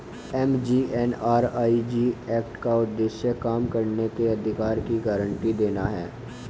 MGNREG act का उद्देश्य काम करने के अधिकार की गारंटी देना है